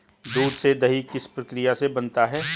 दूध से दही किस प्रक्रिया से बनता है?